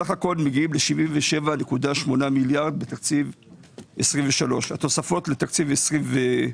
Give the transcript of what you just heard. סך הכול מגיעים ל-77.8 מיליארד בתקציב 23'. התוספות לתקציב 24'